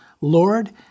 Lord